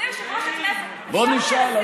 בוא נשאל,